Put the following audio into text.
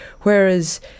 whereas